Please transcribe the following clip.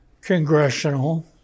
congressional